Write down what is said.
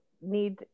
need